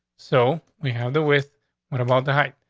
so we have the with what about the height?